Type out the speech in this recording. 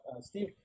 Steve